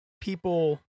people